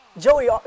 Joey